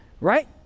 right